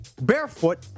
barefoot